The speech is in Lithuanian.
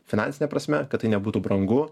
finansine prasme kad tai nebūtų brangu